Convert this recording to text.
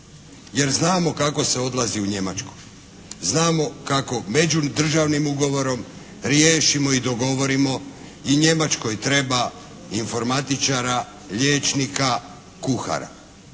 Jer znamo kako se odlazi u Njemačku. Znamo kako međudržavnim ugovorom riješimo i dogovorimo i Njemačkoj treba informatičara, liječnika, kuhara.